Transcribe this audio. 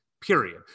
period